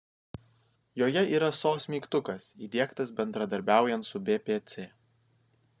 joje yra sos mygtukas įdiegtas bendradarbiaujant su bpc